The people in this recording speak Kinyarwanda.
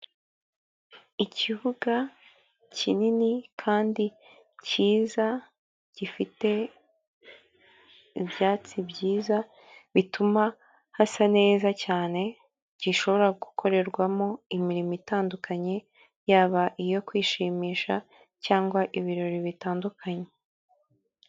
Ikibuga kinini kandi cyiza gifite ibyatsi byiza bituma hasa neza cyane, gishobora gukorerwamo imirimo itandukanye yaba iyo kwishimisha cyangwa ibirori bitandukanye.